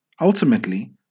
Ultimately